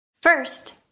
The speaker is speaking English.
First